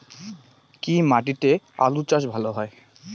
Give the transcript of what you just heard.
কি মাটিতে আলু চাষ ভালো হয়?